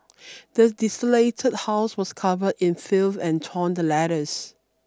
the desolated house was covered in filth and torn letters